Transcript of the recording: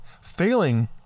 Failing